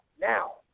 Now